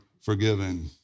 forgiven